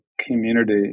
community